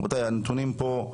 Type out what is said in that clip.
רבותיי, הנתונים פה.